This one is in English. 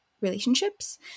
relationships